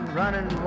running